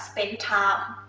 spend time.